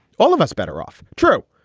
all of us better off. true,